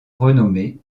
renommée